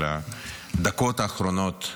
של הדקות האחרונות,